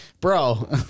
bro